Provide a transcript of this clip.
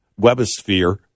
Webosphere